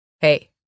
Hey